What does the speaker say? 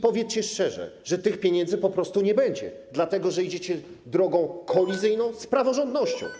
Powiedzcie szczerze, że tych pieniędzy po prostu nie będzie, dlatego że idziecie drogą kolizyjną z praworządnością.